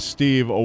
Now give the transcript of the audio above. Steve